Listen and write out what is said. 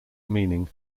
meaning